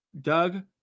Doug